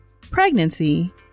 pregnancy